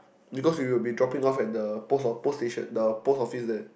because you will be dropping off at the post post station the post office there